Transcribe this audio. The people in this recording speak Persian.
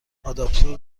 آداپتور